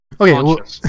Okay